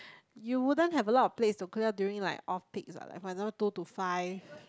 you wouldn't have a lot of place to clear during like off peak is like a two to five